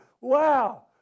wow